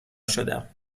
شدم